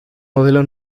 modelo